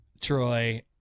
troy